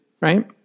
right